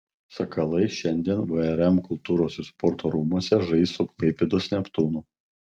sakalai šiandien vrm kultūros ir sporto rūmuose žais su klaipėdos neptūnu